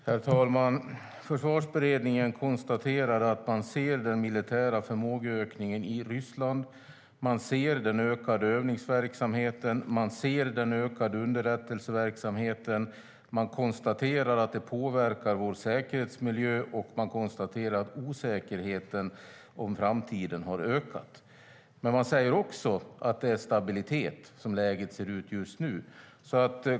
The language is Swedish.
Herr talman! Försvarsberedningen konstaterar att man ser den militära förmågeökningen i Ryssland, man ser den ökade övningsverksamheten och man ser den ökade underrättelseverksamheten. Man konstaterar att det påverkar vår säkerhetsmiljö, och man konstaterar att osäkerheten om framtiden har ökat. Men man säger också att det är stabilitet som läget ser ut just nu.